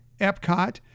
Epcot